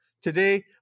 Today